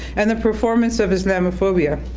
and the performance of islamophobia.